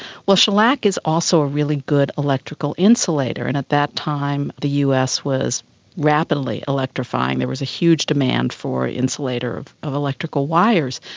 well, shellac is also a really good electrical insulator, and at that time the us was rapidly electrifying, there was a huge demand for insulator of of electrical wires.